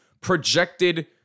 projected